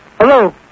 Hello